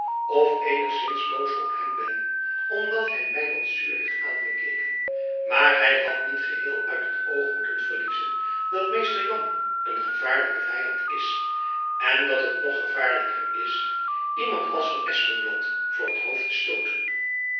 of eenigzins boos op hem ben omdat hy my wat zuur heeft aangekeken maar hy had niet geheel uit het oog moeten verliezen dat mr jan een gevaarlijk vyand is en dat het nog gevaarlijker is iemand als van espenblad voor het hoofd te stooten